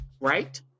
right